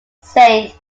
saint